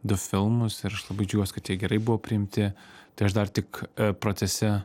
du filmus ir aš labai džiaugiuosi kad jie gerai buvo priimti tai aš dar tik procese